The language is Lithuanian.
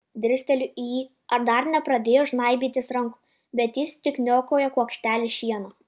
dirsteliu į jį ar dar nepradėjo žnaibytis rankų bet jis tik niokoja kuokštelį šieno